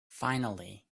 finally